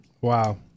Wow